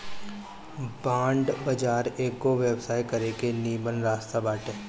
bond बाजार एगो व्यवसाय करे के निमन रास्ता बाटे